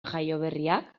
jaioberriak